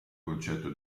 concetto